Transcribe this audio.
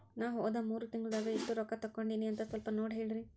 ನಾ ಹೋದ ಮೂರು ತಿಂಗಳದಾಗ ಎಷ್ಟು ರೊಕ್ಕಾ ತಕ್ಕೊಂಡೇನಿ ಅಂತ ಸಲ್ಪ ನೋಡ ಹೇಳ್ರಿ